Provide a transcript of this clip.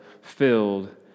filled